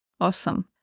Awesome